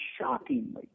shockingly